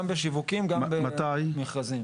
גם בשיווקים, גם במכרזים.